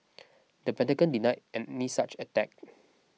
the Pentagon denied any such attack